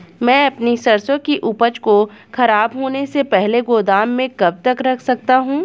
मैं अपनी सरसों की उपज को खराब होने से पहले गोदाम में कब तक रख सकता हूँ?